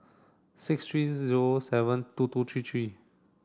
six three zero seven two two three three